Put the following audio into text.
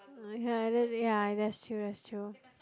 ya tha~ that ya that's ya that's true that's true